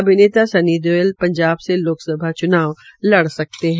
अभिनेता सन्नी देओल के पंजाब से लोकसभा च्नाव लड़ सकते है